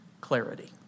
clarity